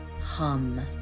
hum